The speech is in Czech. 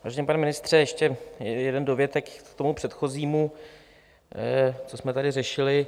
Vážený pane ministře, ještě jeden dovětek k tomu předchozímu, co jsme tady řešili.